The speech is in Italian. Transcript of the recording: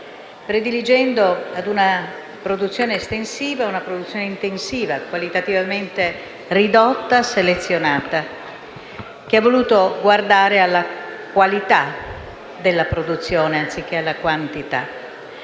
prediligendo a una produzione estensiva una produzione intensiva, quantitativamente ridotta e selezionata, che ha voluto guardare alla qualità della produzione anziché alla quantità.